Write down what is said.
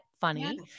Funny